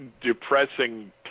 depressing